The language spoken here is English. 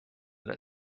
that